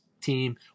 team